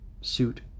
suit